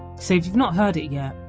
so if you've not heard it yet,